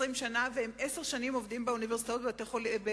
שנה והם עשר שנים עובדים באוניברסיטאות בארץ.